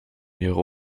ihrer